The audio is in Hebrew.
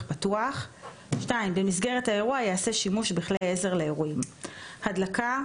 פתוח; במסגרת האירוע ייעשה שימוש בכלי עזר לאירועים; "הדלקה"